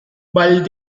val